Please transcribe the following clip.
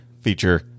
feature